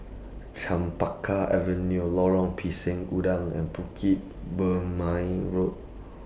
Chempaka Avenue Lorong Pisang Udang and Bukit Purmei Road